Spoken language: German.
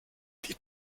die